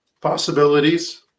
possibilities